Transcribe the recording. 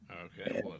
Okay